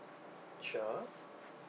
sure